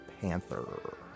Panther